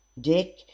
Dick